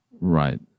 Right